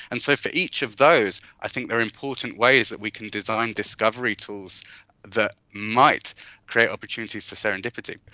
and so for each of those i think they are important ways that we can design discovery tools that might create opportunities for serendipity.